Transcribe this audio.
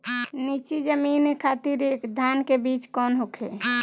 नीची जमीन खातिर धान के बीज कौन होखे?